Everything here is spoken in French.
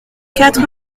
quatre